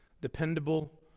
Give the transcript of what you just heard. dependable